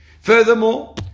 Furthermore